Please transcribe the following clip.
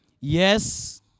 Yes